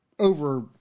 over